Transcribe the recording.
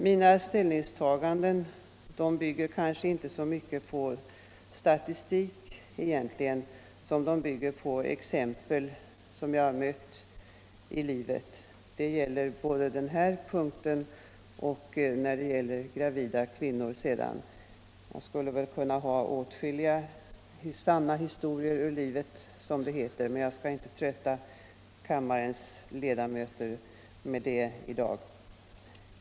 Mina ställningstaganden bygger kanske inte så mycket på statistik utan mera på exempel som jag har mött ute i livet. Detta gäller både beträffande barnen och de gravida kvinnorna. Vad de sistnämnda angår skulle jag väl kunna berätta åtskilliga sanna historier ur livet, som det heter, men jag skall inte trötta kammarens ledamöter med det i dag. Herr talman!